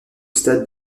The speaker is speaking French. stade